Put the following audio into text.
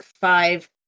five